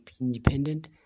independent